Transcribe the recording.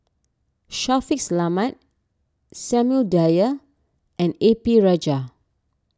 Shaffiq Selamat Samuel Dyer and A P Rajah